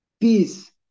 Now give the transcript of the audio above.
peace